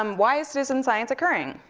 um why is citizen science occurring?